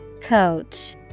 Coach